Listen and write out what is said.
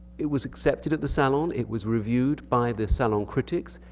it was accepted at the salon. it was reviewed by the salon critics.